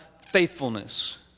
faithfulness